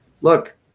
look